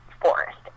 forest